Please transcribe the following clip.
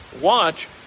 Watch